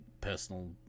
personal